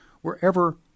wherever